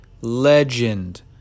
legend